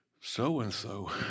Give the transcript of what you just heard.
so-and-so